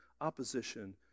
Opposition